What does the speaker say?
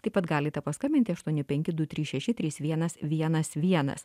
taip pat galite paskambinti aštuoni penki du trys šeši trys vienas vienas vienas